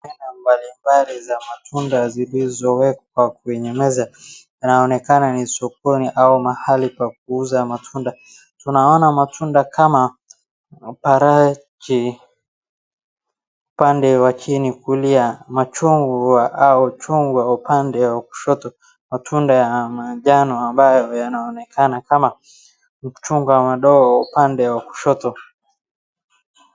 Aina mbali mbali za matunda zilizowekwa kwenye meza. Inaonekana ni sokoni au mahali pa kuuza matunda. Tunaona matunda kama parachi, pande wa chini kulia, machungwa au chungwa upande wa kushoto, matunda ya majano ambayo yanaonekana kama uchungwa madogo upande wa kushoto.